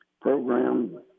program